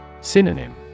Synonym